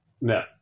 No